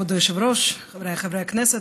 כבוד היושב-ראש, חבריי חברי הכנסת,